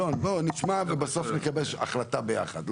בוא נשמע ובסוף נגבש החלטה ביחד.